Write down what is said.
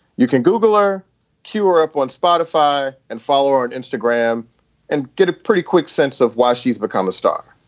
you can google our cure app on spotify and follow on instagram and get a pretty quick sense of why she's become a star